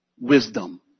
wisdom